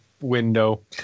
window